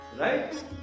Right